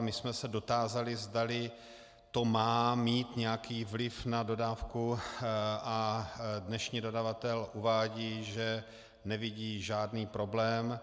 My jsme se dotázali, zdali to má mít nějaký vliv na dodávku, a dnešní dodavatel uvádí, že nevidí žádný problém.